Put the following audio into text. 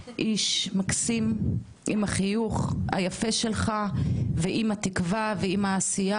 איש מקסים עם החיוך היפה שלך ועם התקווה ועם העשייה